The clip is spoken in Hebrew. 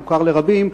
הוא מוכר לרבים,